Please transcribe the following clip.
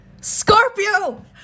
scorpio